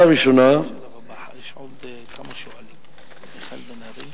מהם עיקרי חוק הנפט החדש, שעל הכנתו מופקד משרדך,